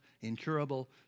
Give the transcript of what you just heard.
incurable